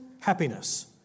happiness